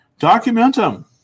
Documentum